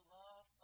love